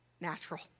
natural